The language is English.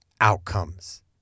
outcomes